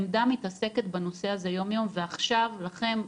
עמד"א מתעסקת בנושא הזה יום-יום ועכשיו לכם,